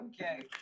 Okay